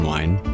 Wine